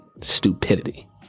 stupidity